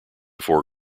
four